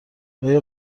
آیا